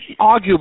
arguably